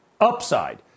upside